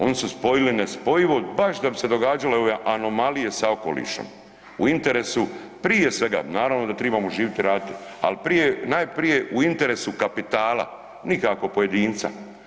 Oni su spojili nespojivo baš da bi se događale ove anomalije sa okolišem, u interesu, prije svega, naravno da tribamo živjeti i raditi, ali prije, najprije u interesu kapitala, nikako pojedinca.